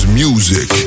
music